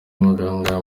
b’abahanga